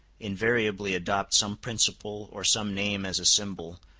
invariably adopt some principle or some name as a symbol,